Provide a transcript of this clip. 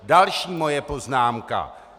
Další moje poznámka.